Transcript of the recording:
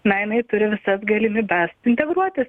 na jinai turi visas galimybes integruotis